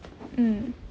um